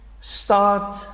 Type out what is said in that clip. start